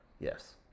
Yes